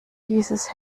dieses